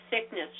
sickness